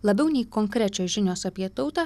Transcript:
labiau nei konkrečios žinios apie tautą